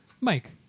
Mike